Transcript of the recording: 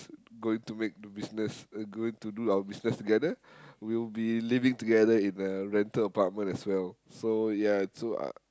going to make new business going to do our business together we'll be living together in a rental apartment as well so ya so uh